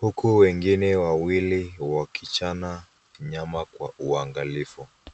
huku wengine wawili wakichana nyama kwa uangalifu.